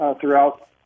throughout